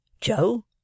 Joe